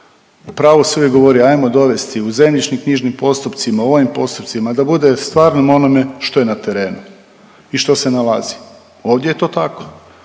U pravu se uvijek govori hajmo dovesti u zemljišno-knjižnim postupcima, u ovim postupcima, da bude stvarno onome što je na terenu i što se nalazi. Ovdje je to tako.